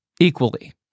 equally